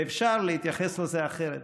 ואפשר להתייחס לזה אחרת,